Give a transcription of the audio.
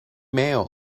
male